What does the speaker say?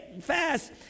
fast